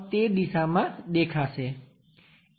તેથી 152 તે દિશામાં દેખાશે